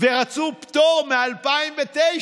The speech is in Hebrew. ורצו פטור מ-2009,